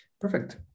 Perfect